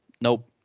Nope